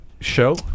show